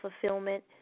fulfillment